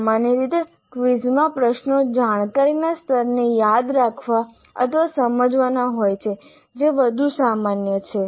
સામાન્ય રીતે ક્વિઝમાં પ્રશ્નો જાણકારીના સ્તરને યાદ રાખવા અથવા સમજવાના હોય છે જે વધુ સામાન્ય છે